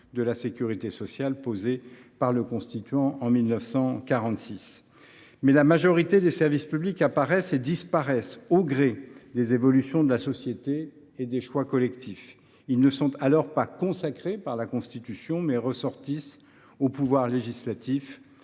de la sécurité sociale posés par le constituant en 1946. La majorité des services publics apparaissent et disparaissent au gré des évolutions de la société et des choix collectifs. Ils ne sont alors pas consacrés par la Constitution, mais ressortissent au pouvoir législatif